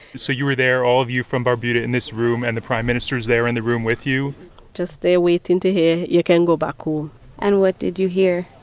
so you were there, all of you from barbuda, in this room. and the prime minister is there in the room with you just there waiting to hear, you can go back home and what did you hear